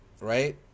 right